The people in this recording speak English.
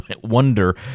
wonder